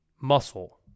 muscle